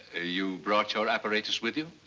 ah you brought your apparatus with you?